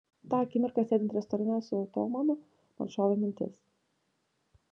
tą akimirką sėdint restorane su otomanu man šovė mintis